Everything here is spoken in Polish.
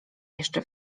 jeszcze